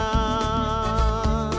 ah